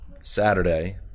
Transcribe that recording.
Saturday